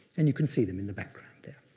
and you can see them in the background there.